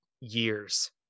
years